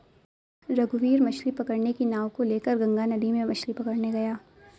रघुवीर मछ्ली पकड़ने की नाव को लेकर गंगा नदी में मछ्ली पकड़ने गया